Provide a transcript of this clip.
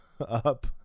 up